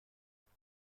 نیست